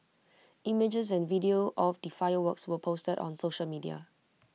images and video of the fireworks were posted on social media